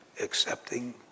accepting